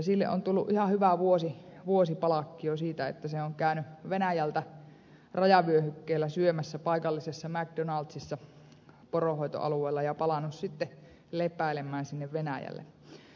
sille on tullut ihan hyvä vuosipalkkio siitä että se on käynyt venäjältä rajavyöhykkeellä syömässä paikallisessa macdonaldsissa poronhoitoalueella ja palannut sitten lepäilemään sinne venäjälle